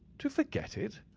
to forget it!